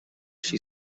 she